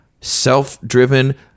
self-driven